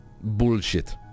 Bullshit